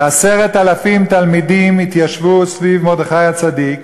ו-10,000 תלמידים התיישבו סביב מרדכי הצדיק,